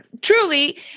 truly